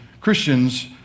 Christians